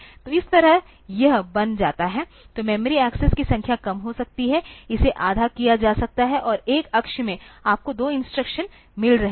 तो इस तरह यह बन जाता है तो मेमोरी एक्सेस की संख्या कम हो सकती है इसे आधा किया जा सकता है और एक अक्ष में आपको दो इंस्ट्रक्शन मिल रहे हैं